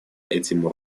этим